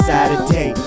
Saturday